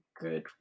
good